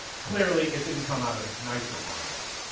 clearly, it didn't come out of a tonight show monologue.